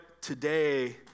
today